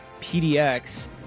PDX